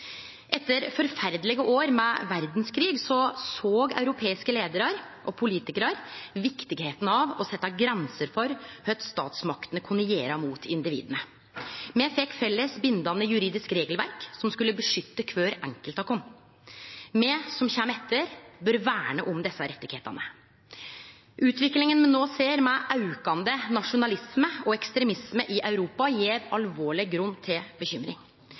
Etter forferdelege år med verdskrig såg europeiske leiarar og politikarar kor viktig det var å setje grenser for kva statsmaktene kunne gjere mot individa. Me fekk eit felles bindande juridisk regelverk som skulle verne kvar enkelt av oss. Me som kjem etter, bør verne om desse rettane. Utviklinga me no ser med aukande nasjonalisme og ekstremisme i Europa, gjev alvorleg grunn til bekymring.